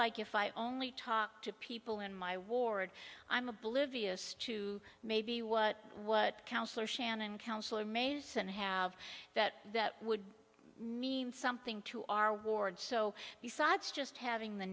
like if i only talk to people in my ward i'm oblivious to maybe what what councilor shannon councillor mason have that that would mean something to our ward so besides just having the